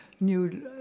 new